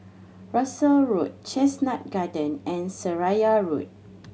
Russel Road Chestnut Garden and Seraya Road